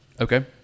Okay